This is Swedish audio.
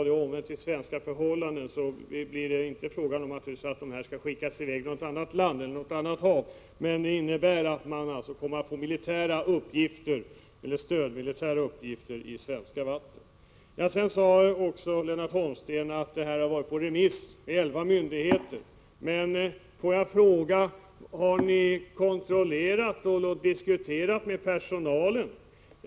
Det blir naturligtvis inte fråga om att kustbevakningen skall skickas i väg till något annat land eller något annat hav, men innebörden är att den får militära uppgifter eller stödmilitära uppgifter i svenska vatten. Lennart Holmsten sade också att ärendet varit på remiss till elva myndigheter. Låt mig då fråga: Har ni diskuterat med personalen?